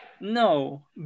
No